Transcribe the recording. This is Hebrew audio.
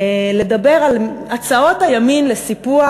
לדבר על הצעות הימין לסיפוח,